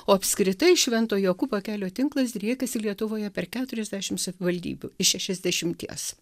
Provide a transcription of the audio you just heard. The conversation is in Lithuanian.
o apskritai švento jokūbo kelio tinklas driekiasi lietuvoje per keturiasdešim savivaldybių iš šešiasdešimties